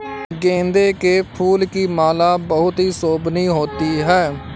गेंदे के फूल की माला बहुत ही शोभनीय होती है